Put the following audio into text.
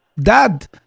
Dad